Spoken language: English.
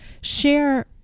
Share